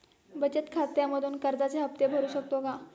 बचत खात्यामधून कर्जाचे हफ्ते भरू शकतो का?